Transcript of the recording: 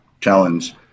challenge